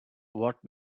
what